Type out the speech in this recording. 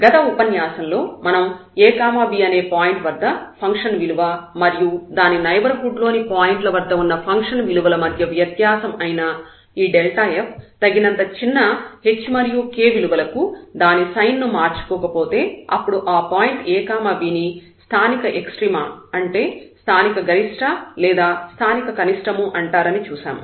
గత ఉపన్యాసంలో మనం a b అనే పాయింట్ వద్ద ఫంక్షన్ విలువ మరియు దాని నైబర్హుడ్ లోని పాయింట్ల వద్ద ఉన్న ఫంక్షన్ విలువల మధ్య వ్యత్యాసం అయిన ఈ f తగినంత చిన్న h మరియు k విలువలకు దాని సైన్ ను మార్చుకోకపోతే అప్పుడు ఆ పాయింట్ a b ని స్థానిక ఎక్స్ట్రీమ అంటే స్థానిక గరిష్ట లేదా స్థానిక కనిష్టము అంటారని చూశాము